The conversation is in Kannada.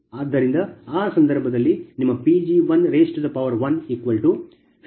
ಆದ್ದರಿಂದ ಆ ಸಂದರ್ಭದಲ್ಲಿ ನಿಮ್ಮ Pg150 412×0